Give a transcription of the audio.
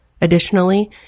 Additionally